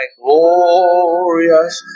glorious